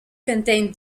contain